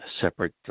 separate